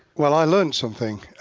well i learnt something!